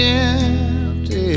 empty